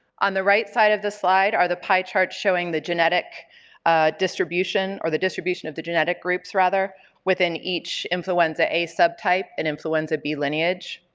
on the right side of the slide are the pie chart showing the genetic distribution or the distribution of the genetic groups rather within each influenza a subtype and influenza b lineage.